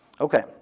Okay